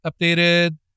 updated